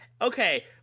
Okay